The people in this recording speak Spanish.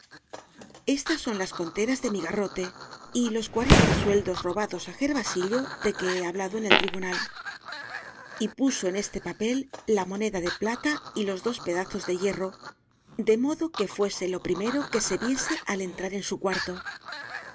estas son las conteras de mi garrote y los cuarenta sueldos robados á ger vasillo de que he hablado en el tribunal y puso en este papel la moneda de plata y los dos pedazos de hierro de modo que fuese lo primero que se viese al entrar en el cuarto